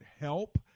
help